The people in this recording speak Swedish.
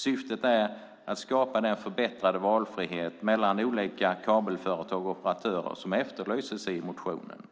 Syftet är att skapa den förbättrade valfrihet mellan olika kabelföretag och operatörer som efterlyses i motionen.